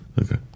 Okay